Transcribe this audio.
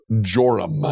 Joram